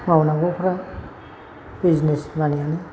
मावनांगौफ्रा business मानिआनो